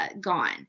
gone